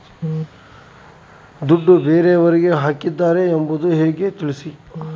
ದುಡ್ಡು ಬೇರೆಯವರಿಗೆ ಹಾಕಿದ್ದಾರೆ ಎಂಬುದು ಹೇಗೆ ತಿಳಿಸಿ?